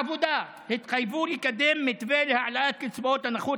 מפלגת העבודה התחייבה לקדם מתווה להעלאת קצבאות הנכות